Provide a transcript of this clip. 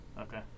Okay